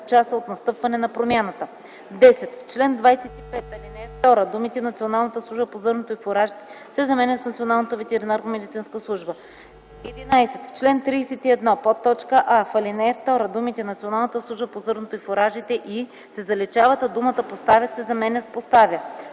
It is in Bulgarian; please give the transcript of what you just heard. В чл. 25, ал. 2 думите „Националната служба по зърното и фуражите” се заменят с „Националната ветеринарномедицинска служба”. 11. В чл. 31: а) в ал. 2 думите „Националната служба по зърното и фуражите и” се заличават, а думата „поставят” се заменя с „поставя”;